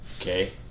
Okay